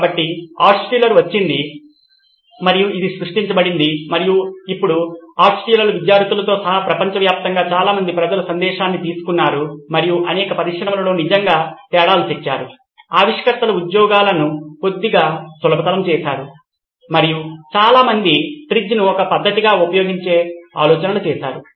కాబట్టి ఆల్ట్షుల్లర్ వచ్చింది మరియు ఇది సృష్టించబడింది మరియు ఇప్పుడు ఆల్ట్షుల్లర్ విద్యార్థులతో సహా ప్రపంచవ్యాప్తంగా చాలా మంది ప్రజలు సందేశాన్ని తీసుకున్నారు మరియు అనేక పరిశ్రమలలో నిజంగా తేడాలు తెచ్చారు ఆవిష్కర్తల ఉద్యోగాలను కొద్దిగా సులభతరం చేసారు మరియు చాలా మంది TRIZ ను ఒక పద్ధతిగా ఉపయోగించే ఆలోచనలు చేసారు